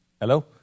Hello